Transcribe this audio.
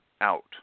out